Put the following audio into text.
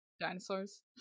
dinosaurs